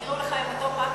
הם הקריאו לך את אותו פתוס?